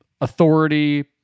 authority